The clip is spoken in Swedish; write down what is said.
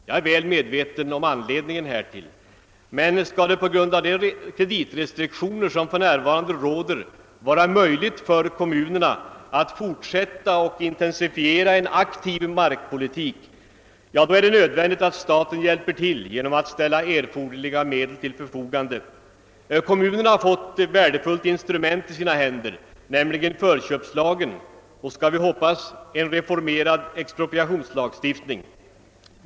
Jag är väl medveten om anledningen till avslaget, men om det med hänsyn till de kreditrestriktioner som för närvarande råder skall vara möjligt för kommunerna att fortsätta och intensifiera en aktiv markpolitik, är det nödvändigt att staten hjälper till genom att ställa erforderliga medel till förfogande. Kommunerna har fått ett värdefullt instrument i sina händer, nämligen förköpslagen, och vi skall också hoppas på en snar reformerad expropriationslagstiftning.